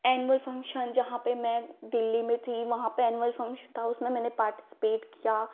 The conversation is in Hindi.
एनुअल फन्क्शन जहाँ पर मैं दिल्ली में थी वहाँ पर एनुअल फन्क्शन था उसमें मैंने पार्टिसिपेट किया